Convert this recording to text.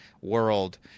world